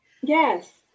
Yes